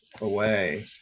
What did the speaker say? away